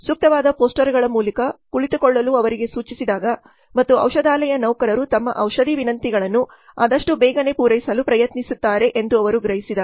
ಸೂಕ್ತವಾದ ಪೋಸ್ಟರ್ಗಳ ಮೂಲಕ ಕುಳಿತುಕೊಳ್ಳಲು ಅವರಿಗೆ ಸೂಚಿಸಿದಾಗ ಮತ್ತು ಔಷಧಾಲಯ ನೌಕರರು ತಮ್ಮ ಔಷಧಿ ವಿನಂತಿಗಳನ್ನು ಆದಷ್ಟು ಬೇಗನೆ ಪೂರೈಸಲು ಪ್ರಯತ್ನಿಸುತ್ತಾರೆ ಎಂದು ಅವರು ಗ್ರಹಿಸಿದಾಗ